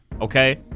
Okay